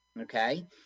Okay